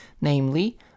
namely